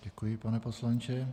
Děkuji, pane poslanče.